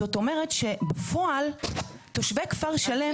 זאת אומרת שבפועל תושבי כפר שלם --- את